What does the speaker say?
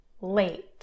late